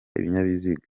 ibinyabiziga